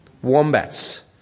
Wombats